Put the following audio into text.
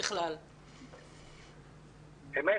אמת.